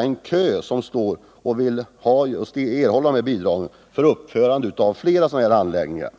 den kö som väntar på att erhålla bidrag för uppförande av flera sådana anläggningar.